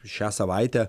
šią savaitę